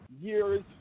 years